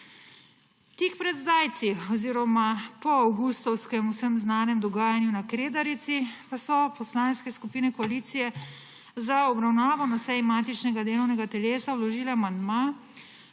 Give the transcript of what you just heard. Tik pred zdajci oziroma po avgustovskem vsem znanem dogajanju na Kredarici pa so poslanske skupine koalicije za obravnavo na seji matičnega delovnega telesa vložile amandma,